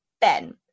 ben